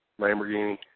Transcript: Lamborghini